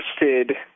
interested